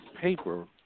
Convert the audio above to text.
paper